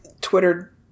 Twitter